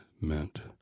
meant